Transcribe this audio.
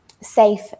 safe